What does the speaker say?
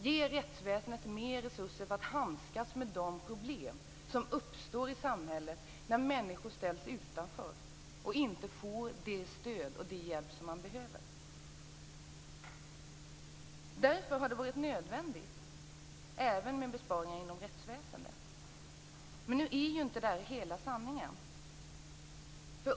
Ge rättsväsendet mer resurser för att handskas med de problem som uppstår i samhället när människor ställs utanför och inte får det stöd och den hjälp som de behöver. Därför har det varit nödvändigt med besparingar även inom rättsväsendet. Men nu är ju inte det här hela sanningen.